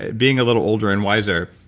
being a little older and wiser,